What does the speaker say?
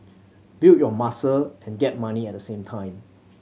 build your muscle and get money at the same time